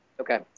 Okay